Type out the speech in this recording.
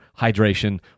hydration